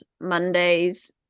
Mondays